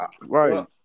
Right